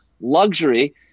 luxury